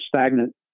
stagnant